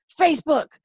facebook